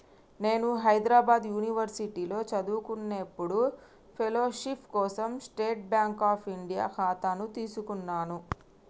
నేను హైద్రాబాద్ యునివర్సిటీలో చదువుకునేప్పుడు ఫెలోషిప్ కోసం స్టేట్ బాంక్ అఫ్ ఇండియా ఖాతాను తీసుకున్నాను